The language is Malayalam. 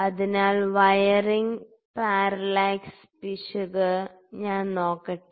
അതിനാൽ വയറിംഗ് പാരലാക്സ് പിശക് ഞാൻ നോക്കട്ടെ